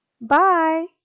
Bye